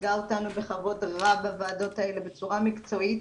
שייצגה אותנו בכבוד רב בוועדות האלה בצורה מקצועית,